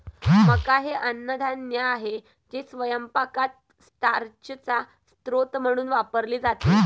मका हे अन्नधान्य आहे जे स्वयंपाकात स्टार्चचा स्रोत म्हणून वापरले जाते